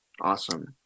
Awesome